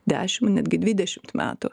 dešim netgi dvidešimt metų